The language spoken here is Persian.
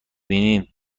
بینیم